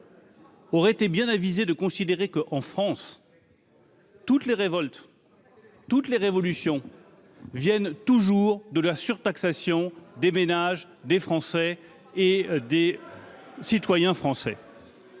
Auraient été bien avisés de considérer que en France. Toutes les révoltes toutes les révolutions viennent toujours de la surtaxation des ménages des français et des citoyens français